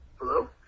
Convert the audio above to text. Hello